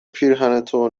پیرهنتو